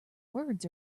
words